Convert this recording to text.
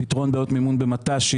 פתרון בעיות מימון במט"שים,